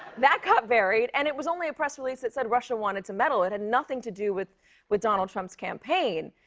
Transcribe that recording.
that got buried. and it was only a press release that said russia wanted to meddle. it had nothing to do with with donald trump's campaign.